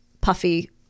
puffy